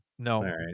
No